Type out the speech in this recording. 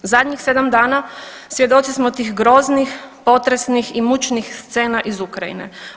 Zadnjih 7 dana svjedoci smo tih groznih, potresnih i mučnih scena iz Ukrajine.